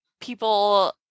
people